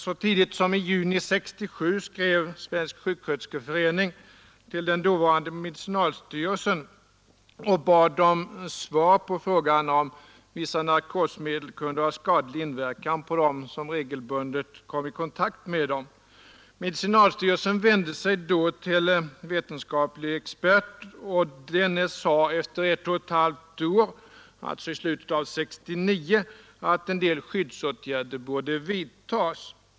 Så tidigt som i juni 1967 skrev Svensk sjuksköterskeförening till den dåvarande medicinalstyrelsen och bad om svar på frågan om vissa narkosmedel kunde ha skadlig inverkan på den som regelbundet kom i kontakt med medlen. Medicinalstyrelsen vände sig då till vetenskaplig expert och denne sade efter ett och ett halvt år, alltså i slutet av 1969, att en del skyddsåtgärder borde vidtas.